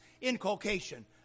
inculcation